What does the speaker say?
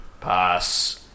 pass